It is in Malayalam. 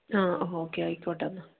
ആ ഓക്കേ ആയിക്കോട്ടെ എന്നാൽ